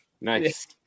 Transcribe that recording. Nice